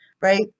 right